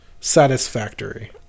Satisfactory